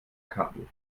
kabel